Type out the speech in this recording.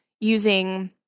using –